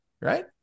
right